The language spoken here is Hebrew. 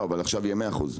לא אבל מחר תהיה 100% שליטה,